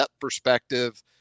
perspective